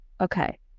Okay